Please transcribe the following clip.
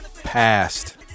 past